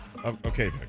Okay